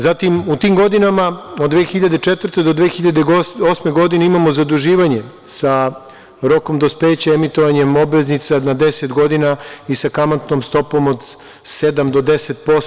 Zatim, u tim godinama, od 2004. do 2008. godine imamo zaduživanje sa rokom dospeća, emitovanjem obveznica na deset godina i sa kamatnom stopom od sedam do 10%